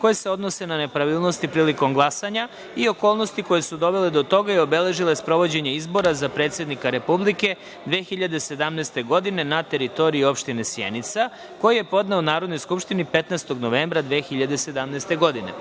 koje se odnose na nepravilnosti prilikom glasanja i okolnosti koje su dovele do toga i obeležile sprovođenje izbora za predsednika Republike 2017. godine na teritoriji opštine Sjenica, koji je podneo Narodnoj skupštini 15. novembra 2017. godine.